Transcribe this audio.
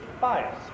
bias